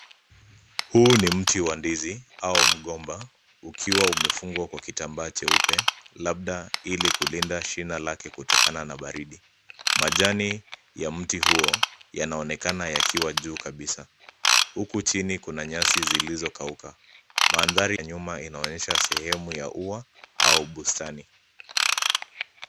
Huu ni mti wa ndizi au mgomba, ukiwa umefungwa kwa kitambaa cheupe labda ili kulinda shina lake kutokana na baridi. Majani ya mti huo yanaonekana yakiwa juu kabisa, huku chini kuna nyasi zilizokauka. Mandhari ya nyuma inaonyesha sehemu ya ua au bustani.